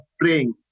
praying